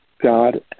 God